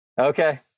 Okay